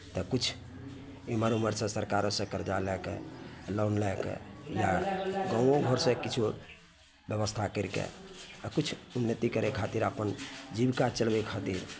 तऽ किछु इमहर उमहरसँ सरकारोसँ कर्जा लए कऽ लॉन लए कऽ या गाँव घर से किछो ब्यवस्था करिकऽ आ किछु उन्नति करै खातिर अपन जीविका चलबै खातिर